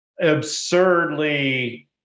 absurdly